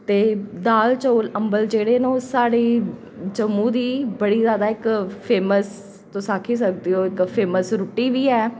ते दाल चौल अम्बल जेह्ड़े न ओह् साढ़े जम्मू दी बड़ी जादा इक्क फेमस तुस आक्खी सकदे ओ फेमस इक रुट्टी बी ऐ